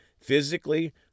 physically